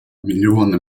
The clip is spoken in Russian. миллионы